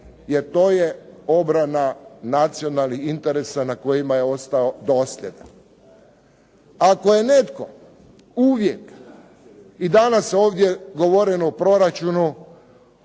jer to je obrana nacionalnih interesa na kojima je ostao dosljedan. Ako je netko uvijek, i danas ovdje govoreno o proračunu,